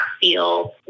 feel